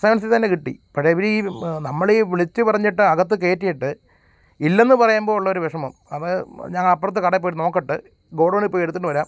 സെവൻസിൽത്തന്നെ കിട്ടി പഴയവർ ഈ നമ്മൾ ഈ വിളിച്ച് പറഞ്ഞിട്ട് അകത്ത് കയറ്റിയിട്ട് ഇല്ലെന്ന് പറയുമ്പോൾ ഉള്ളൊരു വിഷമം അത് ഞങ്ങൾ അപ്പുറത്ത് കടയിൽപ്പോയിട്ട് നോക്കട്ടെ ഗോഡൗണിൽപ്പോയി എടുത്തുകൊണ്ട് വരാം